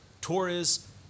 Torres